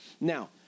Now